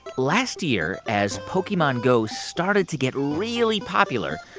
last year, as pokemon go started to get really popular,